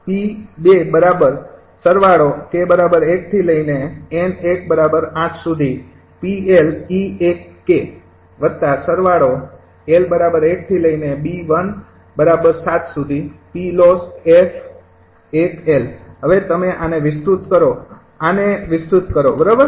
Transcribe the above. તેથી આ સમીકરણ જ્યારે 𝑚૨૨ હવે તમે આને વિસ્તૃત કરો આને વિસ્તૃત કરો બરાબર